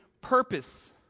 purpose